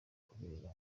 kubera